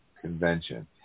convention